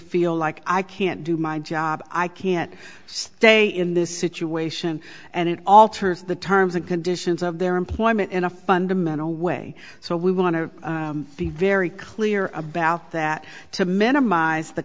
feel like i can't do my job i can't stay in this situation and it alters the terms and conditions of their employment in a fundamental way so we want to be very clear about that to minimize the